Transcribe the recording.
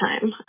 time